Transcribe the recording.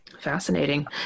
Fascinating